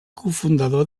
cofundador